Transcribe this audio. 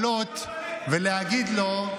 מה קשקושים, אין לי בעיה לעלות ולהגיד לו: